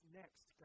next